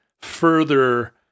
further